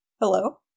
Hello